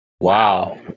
Wow